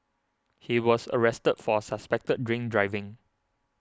he was arrested for suspected drink driving